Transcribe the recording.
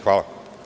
Hvala.